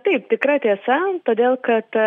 taip tikra tiesa todėl kad